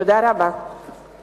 תודה רבה לכם.